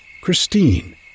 Christine